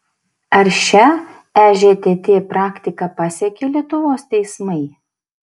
ar šia ežtt praktika pasekė lietuvos teismai